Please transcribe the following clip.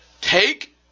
take